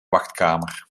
wachtkamer